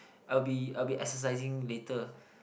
I'll be I'll be exercising later